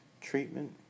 Treatment